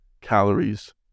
calories